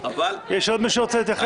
יש עוד מישהו רוצה להתייחס?